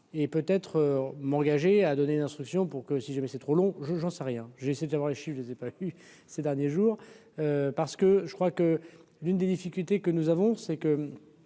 et peut être m'engager à donner d'instructions pour que si jamais c'est trop long, je j'en sais rien, j'ai essayé d'avoir les chiffres de c'est pas eu ces derniers jours, parce que je crois que l'une des difficultés que nous avons c'est que